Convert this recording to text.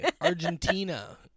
Argentina